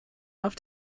auf